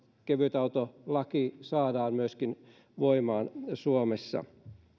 kevytautolaki saadaan myöskin voimaan suomessa